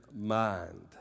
mind